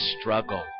struggle